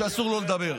שאסור לו לדבר.